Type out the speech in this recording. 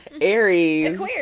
Aries